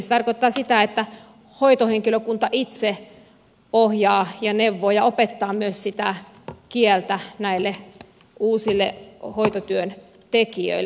se tarkoittaa sitä että hoitohenkilökunta itse ohjaa ja neuvoo ja opettaa myös sitä kieltä näille uusille hoitotyön tekijöille